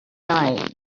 night